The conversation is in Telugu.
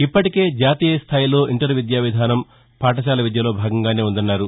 ఇప్పటికే జాతీయ స్టాయిలో ఇంటర్ విద్యా విధానం పాఠశాల విద్యలో భాగంగానే ఉందన్నారు